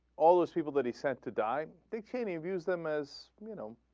all those people that he set the guy became a views them as you know